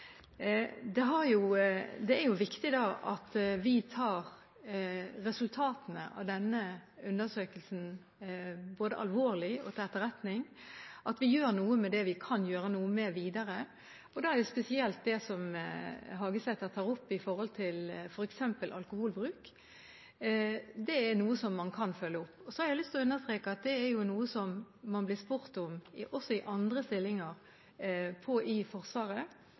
jo da viktig at vi tar resultatene av denne undersøkelsen både alvorlig og til etterretning, og at vi gjør noe med det vi kan gjøre noe med, videre. Og da er spesielt det som Hagesæter tar opp, om f.eks. alkoholbruk, noe som man kan følge opp. Så har jeg lyst til å understreke at det er noe som man blir spurt om også i andre stillinger i Forsvaret,